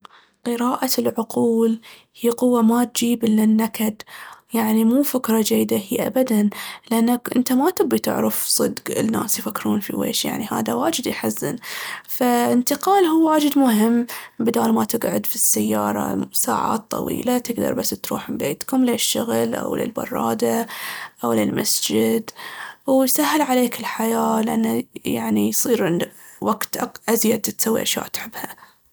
قراءة العقول هي قوة ما تجيب إلا النكد. يعني مو فكرة جيدة هي أبداً لأنك أنت ما تبي تعرف صدق الناس يفكرون في ويش يعني هذا واجد يحزن. فالانتقال هو واجد مهم، بدال ما تقعد في السيارة ساعات طويلة، تقدر بس تروح من بيتكم لي الشغل أو لي البرادة أو لي المسجد. ويسهل عليك الحياة لأنه يعني يصير عندك وقت أزيد تسوي أشياء تحبها.